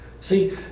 See